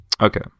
Okay